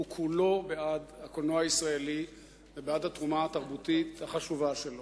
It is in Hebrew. כולו בעד הקולנוע הישראלי ובעד התרומה התרבותית החשובה שלו.